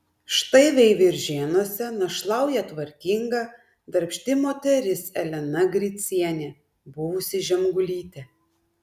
štai veiviržėnuose našlauja tvarkinga darbšti moteris elena gricienė buvusi žemgulytė